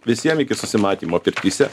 visiem iki susimatymo pirtyse